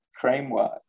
framework